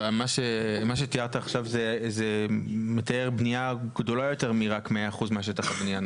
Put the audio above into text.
מה שתיארת עכשיו מתאר בניה גדולה יותר מ-100% משטח הבניה.